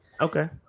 Okay